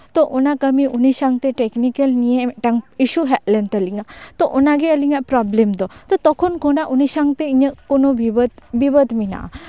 ᱛᱳ ᱚᱱᱟ ᱠᱟᱹᱢᱤ ᱩᱱᱤ ᱥᱟᱶᱛᱮ ᱴᱮᱠᱱᱤᱠᱮᱞ ᱱᱤᱭᱮ ᱢᱤᱫᱴᱟᱝ ᱤᱥᱩ ᱦᱮᱡ ᱞᱮᱱ ᱛᱟᱞᱤᱧᱟ ᱛᱳ ᱚᱱᱟᱜᱮ ᱟᱹᱞᱤᱧᱟᱜ ᱯᱨᱚᱵᱞᱮᱢ ᱫᱚ ᱛᱳ ᱛᱚᱠᱷᱚᱱ ᱠᱷᱚᱱᱟᱜ ᱩᱱᱤ ᱥᱟᱶᱛᱮ ᱤᱧᱟᱹᱜ ᱠᱳᱱᱳ ᱵᱤᱵᱟᱹᱫ ᱵᱤᱵᱟᱹᱫ ᱢᱮᱱᱟᱜᱼᱟ